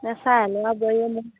নাচায় ল'ৰা বোৱাৰীয়ে মোক